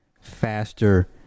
faster